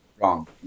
wrong